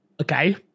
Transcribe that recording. Okay